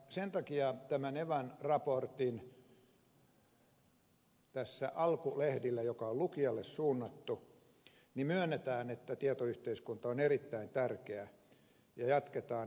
sen takia tämän evan raportin alkulehdillä joka on lukijalle suunnattu myönnetään että tietoyhteiskunta on erittäin tärkeä ja jatketaan